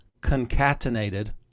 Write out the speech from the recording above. concatenated